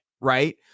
right